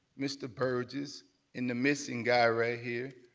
mr. burgess and the missing guy right here,